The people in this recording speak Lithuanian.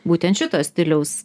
būtent šito stiliaus